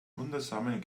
wundersamen